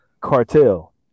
cartel